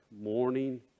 morning